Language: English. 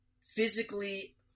physically